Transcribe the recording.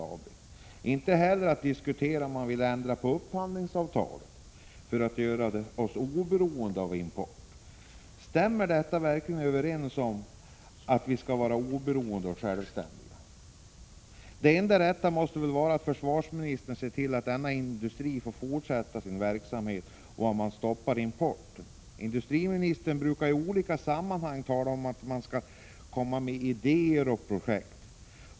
Det är också beklagligt att han inte vill säga om han är beredd att ändra upphandlingsavtalet för att göra oss oberoende av import. Stämmer detta verkligen med vår strävan att vara oberoende och självständiga? Det enda rätta måste väl vara att försvarsministern ser till att denna industri får fortsätta sin verksamhet genom att han stoppar importen. Industriministern brukar i olika sammanhang tala om att man skall komma med idéer och projekt.